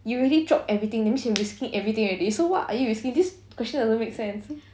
you already drop everything that means you're risking everything already so what are you risking this question doesn't make sense